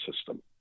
system